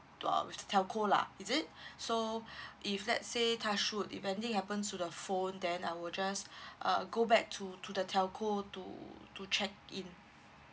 uh with the telco lah is it so if let's say touch wood if anything happens to the phone then I will just uh go back to to the telco to to check in